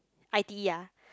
I_T_E ah